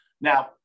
Now